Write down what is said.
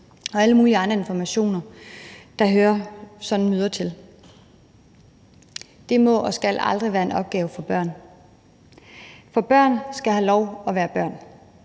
og alle mulige andre informationer, der hører sådanne møder til. Det må og skal aldrig være en opgave for børn. For børn skal have lov at være børn.